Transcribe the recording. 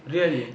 really